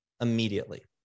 immediately